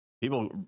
People